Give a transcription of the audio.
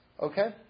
Okay